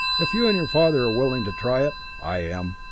if you and your father are willing to try it, i am.